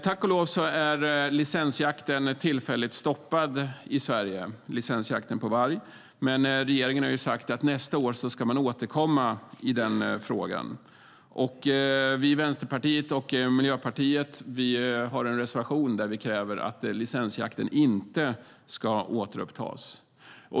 Tack och lov är licensjakten på varg i Sverige tillfälligt stoppad, men regeringen har sagt att man ska återkomma till frågan nästa år. Vi i Vänsterpartiet och Miljöpartiet har en reservation där vi kräver att licensjakten inte ska återupptas.